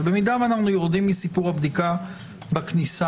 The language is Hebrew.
אבל אם אנו יורדים מסיפור הבדיקה בכניסה,